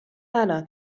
ana